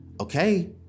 Okay